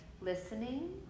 listening